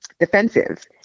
defensive